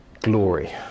glory